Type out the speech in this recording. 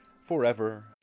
forever